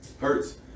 Hurts